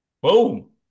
boom